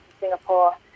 Singapore